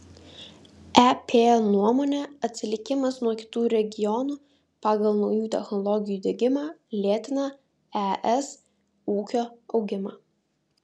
ep nuomone atsilikimas nuo kitų regionų pagal naujų technologijų diegimą lėtina es ūkio augimą